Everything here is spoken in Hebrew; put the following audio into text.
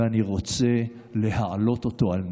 ואני רוצה להעלות אותו על נס.